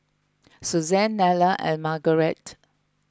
Suzan Nella and Margarete